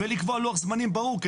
ולקבוע לוח זמנים ברור,